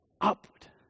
upward